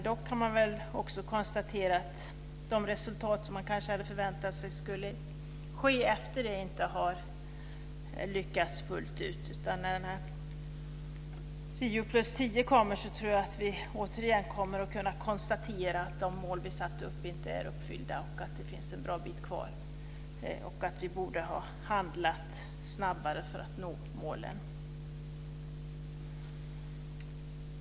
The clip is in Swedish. Dock kan man konstatera att de resultat som man kanske hade förväntat sig skulle nås efter det inte har lyckats nås fullt ut. Jag tror att vi med tiden åter kommer att få konstatera att de mål som sattes upp inte är uppfyllda, att det finns en bra bit kvar, att vi borde ha handlat snabbare för att nå målen.